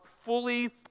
fully